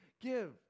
Give